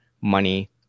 money